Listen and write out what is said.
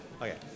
Okay